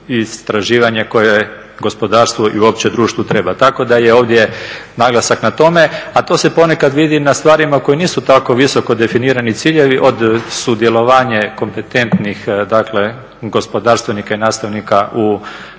i istraživanje koje gospodarstvo i uopće društvo treba. Tako da je ovdje naglasak na tome, a to se ponekad vidi na stvarima koje nisu tako visoko definirani ciljevi, od sudjelovanja kompetentnih dakle gospodarstvenika i nastavnika u